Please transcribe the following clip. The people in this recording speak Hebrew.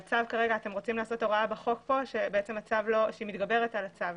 אתם רוצים לעשות הוראה בחוק הזה שמתגברת על הצו.